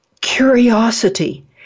curiosity